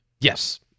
Yes